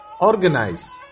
organize